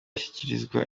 ashyikirizwa